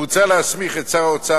מוצע להסמיך את שר האוצר,